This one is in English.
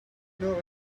know